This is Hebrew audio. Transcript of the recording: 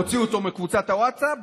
הוציאו אותו מקבוצת הווטסאפ.